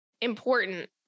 important